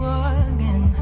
again